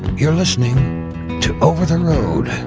you're listening to over the road. and